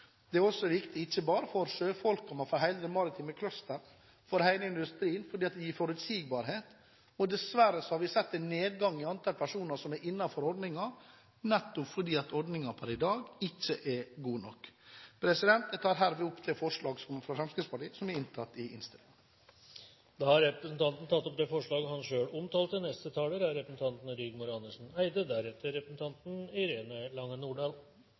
er også viktig ikke bare for sjøfolk, men for hele det maritime cluster, for hele industrien, fordi det gir forutsigbarhet. Vi har sett en nedgang i antall personer som er innenfor ordningen, nettopp fordi ordningen per i dag ikke er god nok. Jeg tar herved opp forslaget fra Fremskrittspartiet som er inntatt i innstillingen. Representanten Harald T. Nesvik har tatt opp det forslaget han refererte til. Vi sier ofte at rederiene er